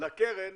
לקרן